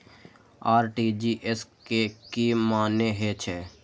RTGS के की मानें हे छे?